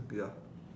ya